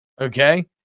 okay